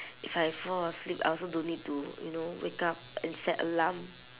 if I fall asleep I also don't need to you know wake up and set alarm